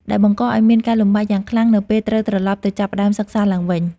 ដែលបង្កឱ្យមានការលំបាកយ៉ាងខ្លាំងនៅពេលត្រូវត្រឡប់ទៅចាប់ផ្តើមសិក្សាឡើងវិញ។